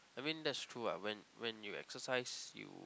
I mean that's true what when when you exercise you